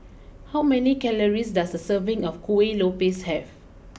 how many calories does a serving of Kuih Lopes have